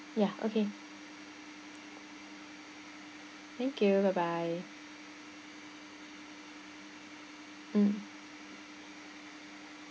ya okay thank you bye bye mm